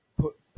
put